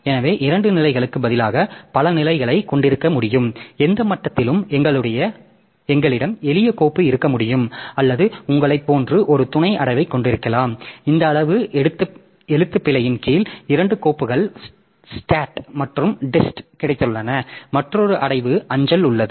எனவே இரண்டு நிலைகளுக்குப் பதிலாக பல நிலைகளைக் கொண்டிருக்க முடியும் எந்த மட்டத்திலும் எங்களிடம் எளிய கோப்பு இருக்க முடியும் அல்லது உங்களைப் போன்ற ஒரு துணை அடைவைக் கொண்டிருக்கலாம் இந்த அடைவு எழுத்துப்பிழையின் கீழ் இரண்டு கோப்புகள் stat மற்றும் dist கிடைத்துள்ளன மற்றொரு அடைவு அஞ்சல் உள்ளது